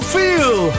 feel